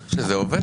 עובד?